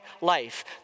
life